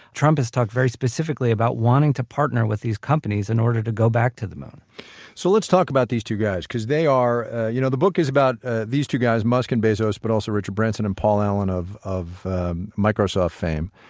trump has talked very specifically about wanting to partner with these companies in order to go back to the moon so let's talk about these two guys, because they are you know the book is about ah these two guys musk and bezos, but also richard branson and paul allen of of microsoft fame.